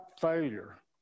failure